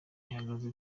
ihagaze